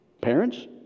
Parents